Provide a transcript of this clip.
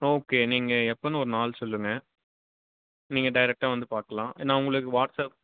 okay நீங்கள் எப்போன்னு ஒரு நாள் சொல்லுங்கள் நீங்கள் டேரக்டாக வந்துப் பார்க்கலாம் நான் உங்களுக்கு வாட்ஸப்